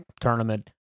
tournament